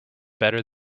better